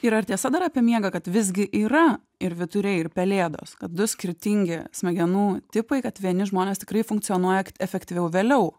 ir ar tiesa dar apie miegą kad visgi yra ir vyturiai ir pelėdos kad du skirtingi smegenų tipai kad vieni žmonės tikrai funkcionuoja efektyviau vėliau